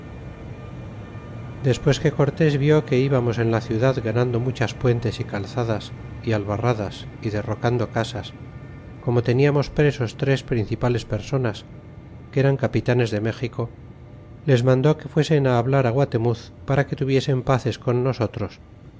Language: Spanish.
despues que cortés vió que íbamos en la ciudad ganando muchas puentes y calzadas y albarradas y derrocando casas como teniamos presos tres principales personas que eran capitanes de méxico les mandó que fuesen á hablar guatemuz para que tuviesen paces con nosotros